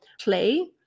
play